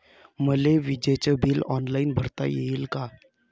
मले विजेच bill online भरता येईन का?